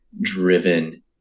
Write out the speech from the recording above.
driven